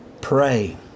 pray